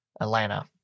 Atlanta